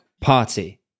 Party